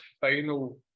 final